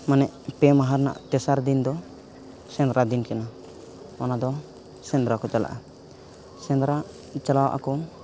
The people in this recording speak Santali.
ᱢᱟᱱᱮ ᱯᱮ ᱢᱟᱦᱟ ᱨᱮᱱᱟᱜ ᱛᱮᱥᱟᱨ ᱫᱤᱱᱫᱚ ᱥᱮᱸᱫᱽᱨᱟ ᱫᱤᱱ ᱠᱟᱱᱟ ᱚᱱᱟᱫᱚ ᱥᱮᱸᱫᱽᱨᱟ ᱠᱚ ᱪᱟᱞᱟᱜᱼᱟ ᱥᱮᱸᱫᱽᱨᱟ ᱪᱟᱞᱟᱜ ᱟᱠᱚ